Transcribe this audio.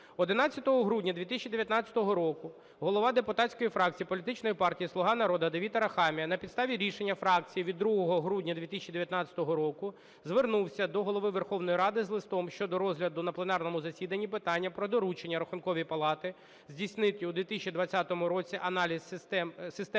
11 грудня 2019 року голова депутатської фракції політичної партії "Слуга народу" Давид Арахамія на підставі рішення фракції від 2 грудня 2019 року звернувся до Голови Верховної Ради з листом щодо розгляду на пленарному засіданні питання про доручення Рахунковій палаті здійснити у 2020 році аналіз системи